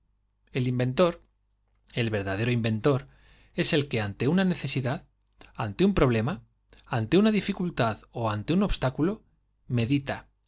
el inventor el verdadero inventor es el que ante una necesidad ante un problema ante una dificultad ó ante un obstá culo medita